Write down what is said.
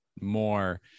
more